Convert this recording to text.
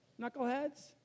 knuckleheads